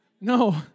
No